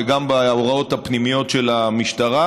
וגם בהוראות הפנימיות של המשטרה,